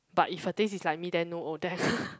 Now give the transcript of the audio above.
but if her taste is like me then no Odette